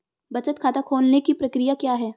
बचत खाता खोलने की प्रक्रिया क्या है?